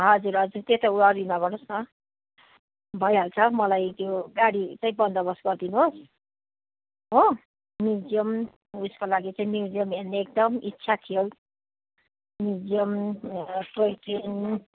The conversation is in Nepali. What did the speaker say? हजुर हजुर त्यो त वरी नगर्नु होस् न भइहाल्छ मलाई त्यो गाडी चाहिँ बन्दोबस्त गरिदिनु होस् हो म्युजियम उयोको लागि चाहिँ म्युजियम हेर्ने एकदम इच्छा थियो म्युजियम टोय ट्रेन